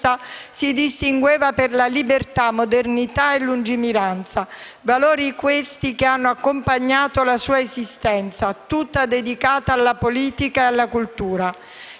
si distingueva per libertà, modernità e lungimiranza. Valori, questi, che hanno accompagnato la sua esistenza, tutta dedicata alla politica e alla cultura.